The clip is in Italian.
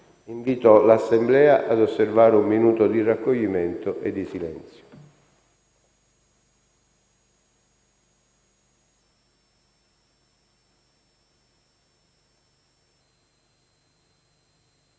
Invito l'Assemblea ad osservare un minuto di raccoglimento e di silenzio.